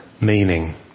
meaning